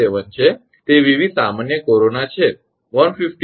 87 છે તે 𝑉𝑣 સામાન્ય કોરોના છે 158